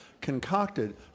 concocted